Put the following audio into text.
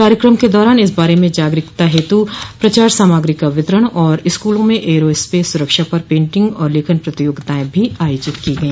कार्यक्रम के दौरान इस बारे में जागरूकता हेतु प्रचार सामग्री का वितरण और स्कूलों में एयरों स्पेस सुरक्षा पर पेंटिंग और लेखन प्रतियोगिताएं भी आयोजित की गई